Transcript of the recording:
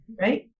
Right